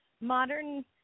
modern